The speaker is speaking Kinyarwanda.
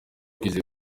twizeye